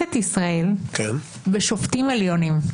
בכנסת ישראל בשופטים עליונים?